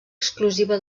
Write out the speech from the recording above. exclusiva